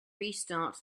restart